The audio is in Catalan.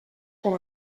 com